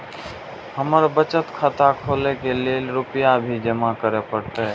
हमर बचत खाता खोले के लेल रूपया भी जमा करे परते?